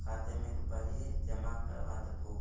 खाते में रुपए जमा करवा देबो